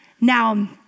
Now